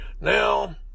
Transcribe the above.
Now